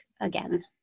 again